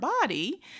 body